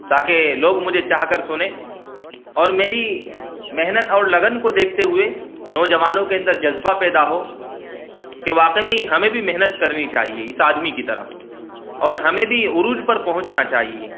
تاکہ لوگ مجھے چاہ کر سنیں اور میری محنت اور لگن کو دیکھتے ہوئے نوجوانوں کے اندر جذبہ پیدا ہو کہ واقعی میں ہمیں بھی محنت کرنی چاہیے اس آدمی کی طرح اور ہمیں بھی عروج پر پہنچنا چاہیے